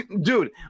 Dude